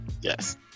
Yes